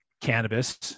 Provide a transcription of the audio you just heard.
cannabis